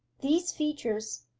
these features,